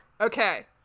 Okay